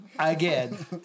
Again